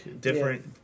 different